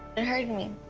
it hurt and me.